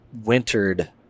wintered